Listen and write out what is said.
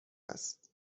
است